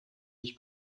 ich